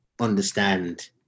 understand